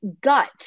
gut